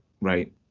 right